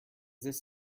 this